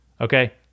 Okay